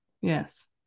yes